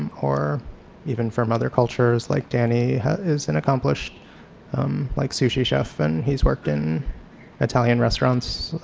um or even from other cultures. like danny is an accomplished like sushi chef and he's worked in italian restaurants,